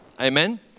Amen